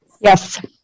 yes